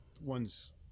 ones